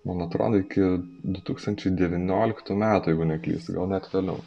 man atrodo iki du tūkstančiai devynioliktų metų jeigu neklystu gal net toliau